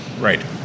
Right